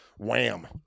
wham